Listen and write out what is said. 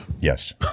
Yes